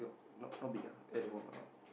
no not not big ah at all ah